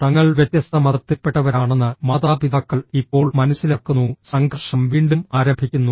തങ്ങൾ വ്യത്യസ്ത മതത്തിൽപ്പെട്ടവരാണെന്ന് മാതാപിതാക്കൾ ഇപ്പോൾ മനസ്സിലാക്കുന്നു സംഘർഷം വീണ്ടും ആരംഭിക്കുന്നു